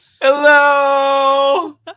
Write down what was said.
Hello